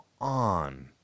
on